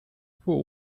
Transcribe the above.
pool